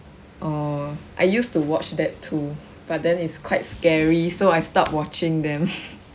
oh I used to watch that too but then it's quite scary so I stopped watching them